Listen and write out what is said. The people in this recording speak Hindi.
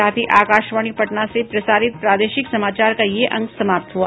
इसके साथ ही आकाशवाणी पटना से प्रसारित प्रादेशिक समाचार का ये अंक समाप्त हुआ